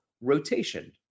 rotation